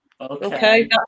okay